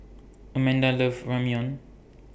Amanda loves Ramyeon